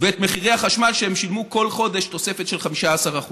ואת מחירי החשמל שהם שילמו כל חודש, תוספת של 15%?